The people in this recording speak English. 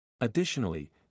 Additionally